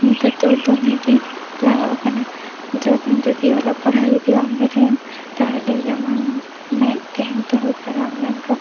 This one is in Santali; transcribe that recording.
ᱱᱮᱛᱟᱨ ᱫᱚ ᱫᱚᱢᱮᱜᱮ ᱞᱟᱦᱟᱣᱚᱜ ᱠᱟᱱᱟ ᱡᱚᱫ ᱡᱚᱫᱤ ᱚᱞᱚᱜ ᱯᱟᱲᱦᱟᱜ ᱡᱩᱫᱤ ᱵᱟᱝ ᱵᱟᱰᱟᱭᱟᱢ ᱛᱟᱦᱞᱮ ᱡᱮᱢᱚᱱ ᱢᱮᱫ ᱛᱟᱦᱮᱱ ᱛᱮᱦᱚᱸ ᱠᱟᱬᱟ ᱚᱱᱮ ᱚᱱᱠᱟ